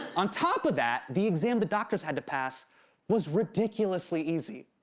on top of that, the exam the doctors had to pass was ridiculously easy.